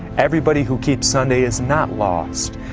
everybody who keeps sunday is not lost.